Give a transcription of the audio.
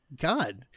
God